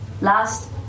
last